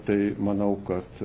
tai manau kad